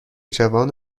جوان